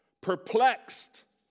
Perplexed